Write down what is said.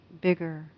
bigger